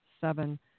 seven